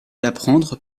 l’apprendre